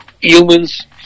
humans